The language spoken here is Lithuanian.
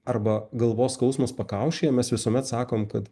arba galvos skausmas pakaušyje mes visuomet sakom kad